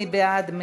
מי בעד?